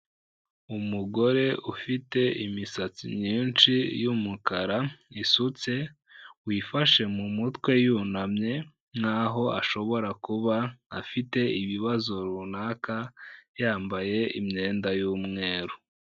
Umugore ufite imisatsi myinshi y'umukara isutse, wifashe mu mutwe yunamye nkaho ashobora kuba afite ibibazo runaka, yambaye imyenda y'umweru.